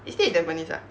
he stay in tampines ah